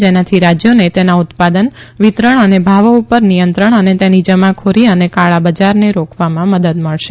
જેનાથી રાજ્યોને તેના ઉત્પાદન વિતરણ અને ભાવો પર નિયંત્રણ અને તેની જમાખોરી અને કાળા બજારને રોકવામા મદદ મળશે